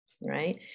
right